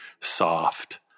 soft